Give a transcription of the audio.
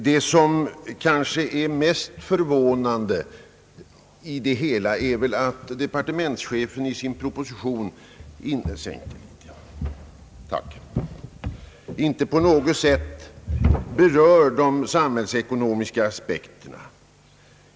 Det som är mest förvånande i det hela är att departementschefen i sin proposition inte på något sätt berör de samhällsekonomiska aspekterna.